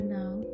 now